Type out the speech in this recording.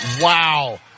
wow